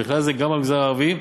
ובכלל זה במגזר הערבי,